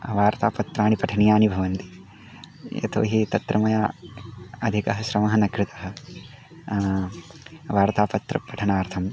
वार्तापत्राणि पठनीयानि भवन्ति यतो हि तत्र मया अधिकः श्रमः न कृतः वार्तापत्रस्य पठनार्थं